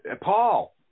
Paul